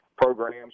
programs